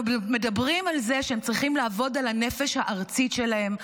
אנחנו מדברים על זה שהם צריכים לעבוד על הנפש הארצית שלהם,